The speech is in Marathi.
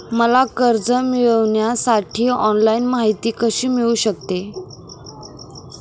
मला कर्ज मिळविण्यासाठी ऑनलाइन माहिती कशी मिळू शकते?